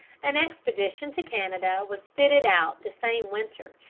an expedition to canada was fitted out the same winter,